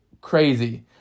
crazy